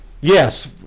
yes